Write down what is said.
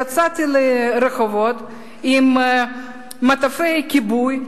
יצאתי לרחובות עם מטפי כיבוי,